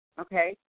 okay